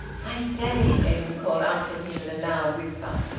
i say, edwin called after him in a loud whisper,